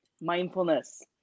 mindfulness